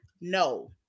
No